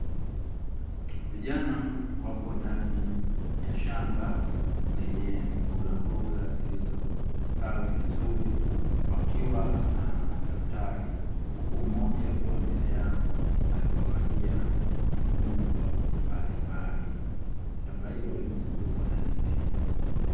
Vijana wapo ndani ya shamba lenye mbogamboga zilizostawi vizuri wakiwa na madaftari. Huku mmoja akiwa mbele yao akiwapatia mafunzo mbalimbali. Shamba hilo limezungukwa na miti.